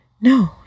No